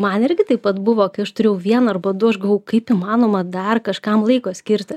man irgi taip pat buvo kai aš turėjau vieną arba du aš galvojau kaip įmanoma dar kažkam laiko skirti